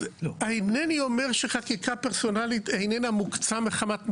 אז אינני אומר שחקיקה פרסונלית אינה מוקצה מחמת מיאוס.